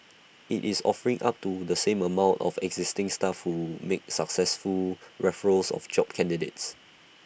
IT is offering up to the same amount of existing staff who make successful referrals of job candidates